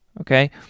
Okay